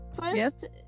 First